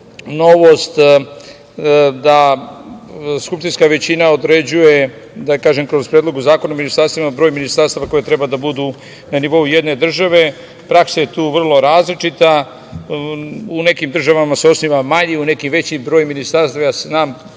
novost da skupštinska većina određuje kroz Predlog zakona o ministarstvima broj ministarstava koji treba da budu na nivou jedne države. Praksa je tu vrlo različita. U nekim državama se osniva manji, u nekim veći broj ministarstvima.